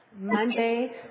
Monday